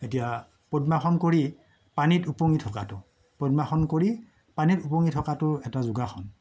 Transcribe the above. এতিয়া পদ্মাসন কৰি পানীত ওপঙি থকাতো পদ্মাসন কৰি পানীত ওপঙি থকাতো এটা যোগাসন